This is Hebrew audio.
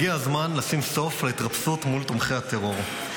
הגיע הזמן לשים סוף להתרפסות מול תומכי הטרור.